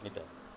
ଗୋଟିଏ